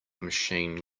machine